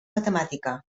matemàtica